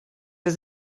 was